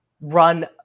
run